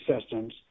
systems